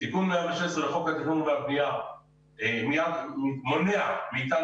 תיקון 116 לחוק הבנייה מונע מאתנו